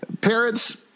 Parents